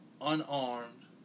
Unarmed